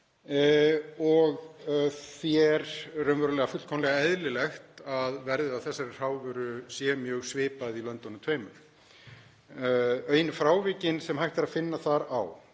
og því er fullkomlega eðlilegt að verð á þessari hrávöru sé mjög svipað í löndunum tveimur. Einu frávikin sem hægt er að finna þar á